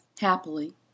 happily